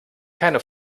keine